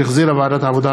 שהחזירה ועדת העבודה,